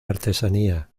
artesanía